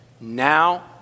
Now